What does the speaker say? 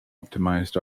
optimised